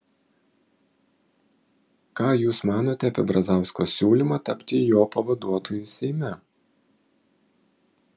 ką jūs manote apie brazausko siūlymą tapti jo pavaduotoju seime